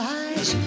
eyes